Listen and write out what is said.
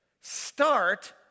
start